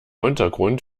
untergrund